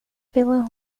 pela